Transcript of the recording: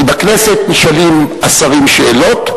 כי בכנסת נשאלים השרים שאלות,